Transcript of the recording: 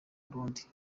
burundi